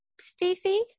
Stacy